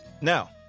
Now